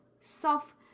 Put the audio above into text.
Self